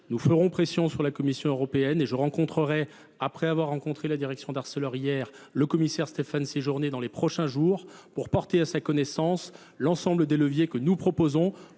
Nous ferons pression sur la Commission européenne et je rencontrerai, après avoir rencontré la direction d'Arcelor hier, le commissaire Stéphane Sejourné dans les prochains jours pour porter à sa connaissance l'ensemble des leviers que nous proposons